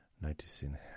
Noticing